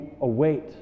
await